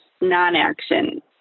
non-action